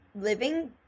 living